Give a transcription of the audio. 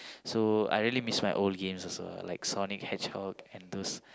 so I really miss my old games also ah like Sonic Hedgehog and those